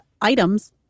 items